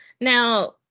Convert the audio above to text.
Now